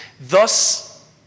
Thus